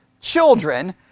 children